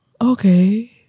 Okay